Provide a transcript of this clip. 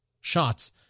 shots